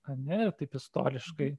ar ne taip istoriškai